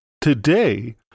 Today